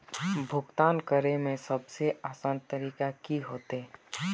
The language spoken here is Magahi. भुगतान करे में सबसे आसान तरीका की होते?